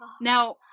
Now